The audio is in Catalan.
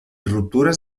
ruptures